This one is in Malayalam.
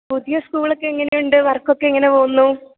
പുതിയ സ്കൂളൊക്കെ എങ്ങനെയുണ്ട് വര്ക്ക് ഒക്കെ എങ്ങനെ പോവുന്നു